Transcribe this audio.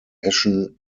eschen